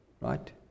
Right